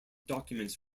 documents